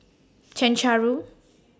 Chencharu